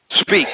Speak